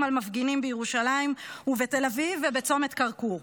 על מפגינים בירושלים ובתל אביב ובצומת כרכור.